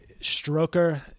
Stroker